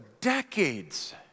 decades